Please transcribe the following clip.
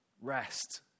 Rest